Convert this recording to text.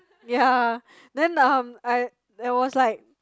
ya then um I there was like